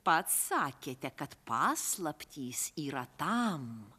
pats sakėte kad paslaptys yra tam